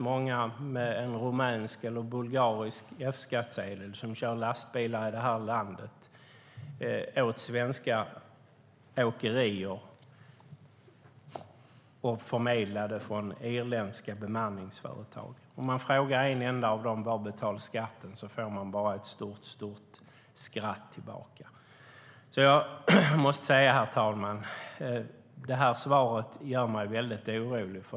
Många med bulgarisk eller rumänsk F-skattsedel kör lastbilar i det här landet åt svenska åkerier och är förmedlade genom irländska bemanningsföretag. Om man frågar någon av dem var de betalar skatt får man bara ett stort skratt tillbaka. Jag måste säga, herr talman, att det här svaret gör mig väldigt orolig.